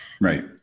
Right